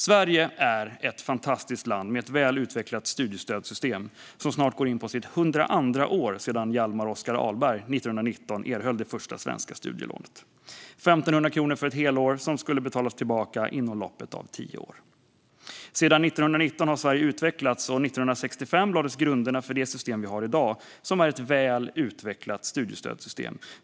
Sverige är ett fantastiskt land med ett väl utvecklat studiestödssystem som snart går in på sitt 102:a år sedan Hjalmar Oscar-Ahlberg 1919 erhöll det första svenska studielånet - 1 500 kronor för ett helår som skulle betalas tillbaka inom loppet av tio år. Sedan 1919 har Sverige utvecklats, och 1965 lades grunderna för det system vi har i dag som är ett väl utvecklat studiestödssystem.